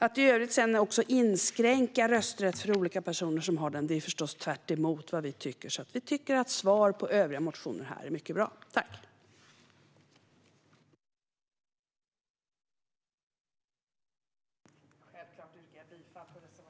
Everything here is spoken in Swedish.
Att i övrigt inskränka rösträtten för olika personer som har den i dag är förstås tvärtemot vad vi tycker. Vi tycker därför att svaret på övriga motioner är mycket bra. Självklart yrkar jag bifall till reservationen.